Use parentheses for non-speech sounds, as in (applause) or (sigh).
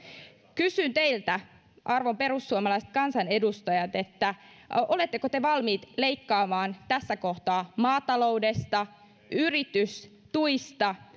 kysyn teiltä arvon perussuomalaiset kansanedustajat oletteko te valmiit leikkaamaan tässä kohtaa maataloudesta yritystuista (unintelligible)